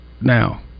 now